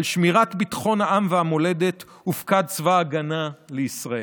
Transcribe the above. על שמירת ביטחון העם והמולדת הופקד צבא ההגנה לישראל.